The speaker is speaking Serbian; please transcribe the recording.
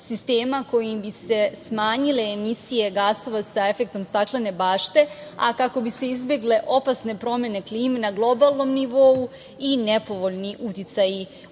sistema kojim bi se smanjile emisije gasova sa efektom staklene bašte, a kako bi se izbegle opasne promene klime na globalnom nivou i nepovoljni uticaji ove